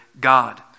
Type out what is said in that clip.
God